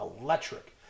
electric